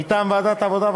מטעם ועדת העבודה,